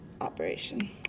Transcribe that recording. operation